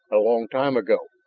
a long time ago,